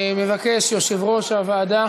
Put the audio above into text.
מבקש יושב-ראש הוועדה